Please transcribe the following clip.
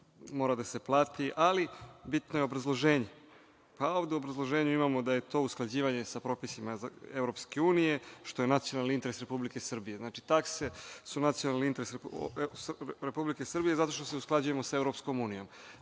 Mora da se plati, ali bitno je obrazloženje. A u obrazloženju imamo da je to usklađivanje sa propisima EU, što je nacionalni interes Republike Srbije. Takse su nacionalni interes Republike Srbije zato što se usklađujemo sa EU.Da li